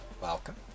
welcome